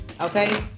okay